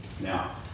Now